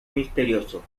misterioso